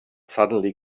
suddenly